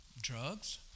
drugs